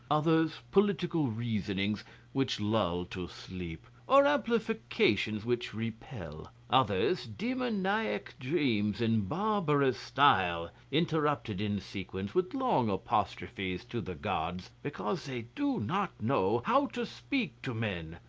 others political reasonings which lull to sleep, or amplifications which repel others demoniac dreams in barbarous style, interrupted in sequence, with long apostrophes to the gods, because they do not know how to speak to men,